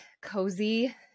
cozy